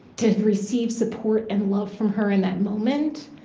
to receive support and love from her in that moment,